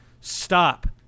Stop